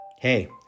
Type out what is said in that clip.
Hey